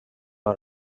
are